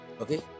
okay